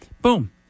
Boom